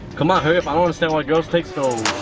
come on, hurry up. i don't understand why girls take so